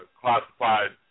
classified